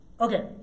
Okay